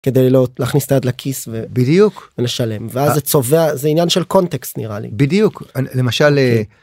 כדי לא להכניס את היד לכיס ו... -בדיוק ולשלם. ואז זה צובע, זה עניין של קונטקסט נראה לי -בדיוק. למשל...